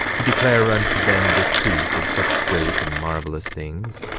to declare unto them the truth of such great and marvelous things?